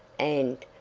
and,